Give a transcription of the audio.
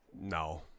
No